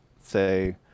say